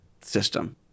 system